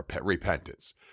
repentance